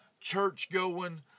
church-going